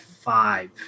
five